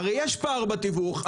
הרי יש פער בתיווך,